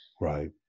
Right